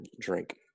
drink